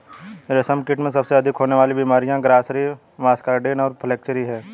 रेशमकीट में सबसे अधिक होने वाली बीमारियां ग्रासरी, मस्कार्डिन और फ्लैचेरी हैं